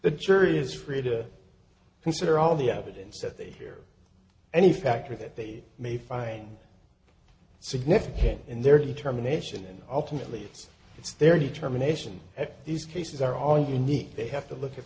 the jury is free to consider all the evidence that they hear any factor that they may find significant in their determination and ultimately it's their determination that these cases are all unique they have to look at